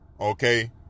Okay